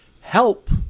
help